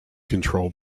control